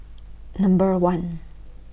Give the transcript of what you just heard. Number one